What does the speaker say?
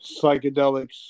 psychedelics